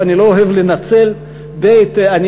אני לא אוהב לנצל, ב.